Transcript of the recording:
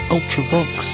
Ultravox